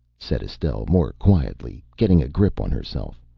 said estelle more quietly, getting a grip on herself.